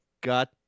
Got